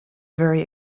very